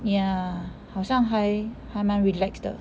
yeah 好像还还蛮 relax 的